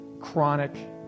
chronic